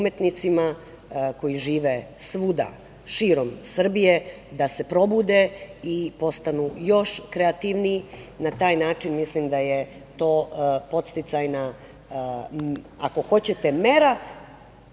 koji žive svuda širom Srbije da se probude i postanu još kreativniji. Na taj način mislim da je to podsticajna, ako hoćete, mera,